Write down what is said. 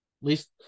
least